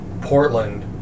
Portland